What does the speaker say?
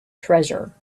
treasure